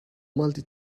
multi